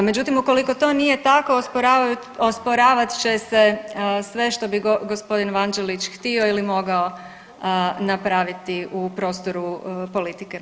Međutim ukoliko to nije tako osporavat će se sve što bi g. Vanđelić htio ili mogao napraviti u prostoru politike.